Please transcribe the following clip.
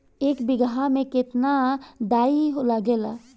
एक बिगहा में केतना डाई लागेला?